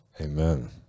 Amen